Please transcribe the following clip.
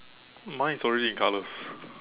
mine is already in color